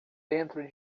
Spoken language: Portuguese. dentro